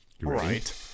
right